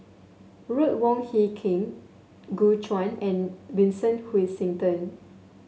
Ruth Wong Hie King Gu Juan and Vincent Hoisington